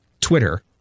twitter